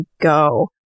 go